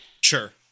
Sure